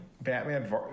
Batman